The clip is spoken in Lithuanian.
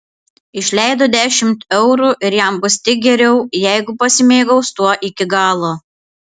išleido dešimt eurų ir jam bus tik geriau jeigu pasimėgaus tuo iki galo